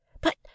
But